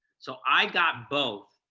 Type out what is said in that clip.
so i got both,